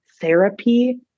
therapy